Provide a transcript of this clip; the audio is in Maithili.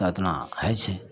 आओर एतना हइ छै